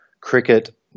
cricket